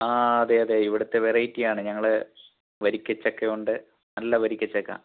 ആ അതെ അതെ ഇവിടുത്തെ വെറൈറ്റി ആണ് ഞങ്ങൾ വരിക്കച്ചക്കയുണ്ട് നല്ല വരിക്കച്ചക്ക